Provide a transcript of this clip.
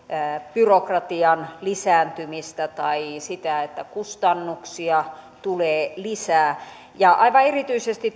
byrokratian lisääntymistä tai sitä että kustannuksia tulee lisää aivan erityisesti